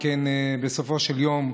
בסופו של יום,